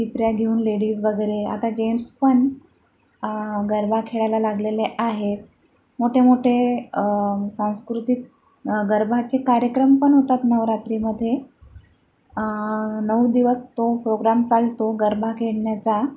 टिपऱ्या घेऊन लेडीज वगैरे आता जेन्ट्स पण गरबा खेळायला लागलेले आहेत मोठेमोठे सांस्कृतिक गरबाचे कार्यक्रम पण होतात नवरात्रीमध्ये नऊ दिवस तो प्रोग्राम चालतो गरबा खेळण्याचा